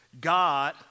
God